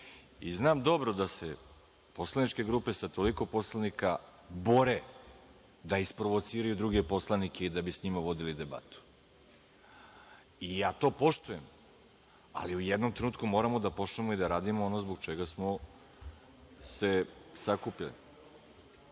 Znam dobro da se poslaničke grupe sa toliko poslanika bore da isprovociraju druge poslanike i da bi sa njima vodili debatu. Ja to poštujem, ali u jednom trenutku moramo da počnemo i da radimo ono zbog čega smo se sakupili.(Ivan